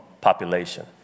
population